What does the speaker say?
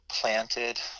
planted